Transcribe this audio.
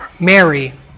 Mary